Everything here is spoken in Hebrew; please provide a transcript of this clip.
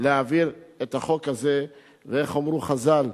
להעביר את החוק הזה, ואיך אמרו חז"ל?